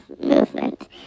movement